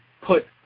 put